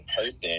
person